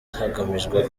hagamijwe